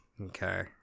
Okay